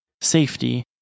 safety